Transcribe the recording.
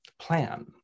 plan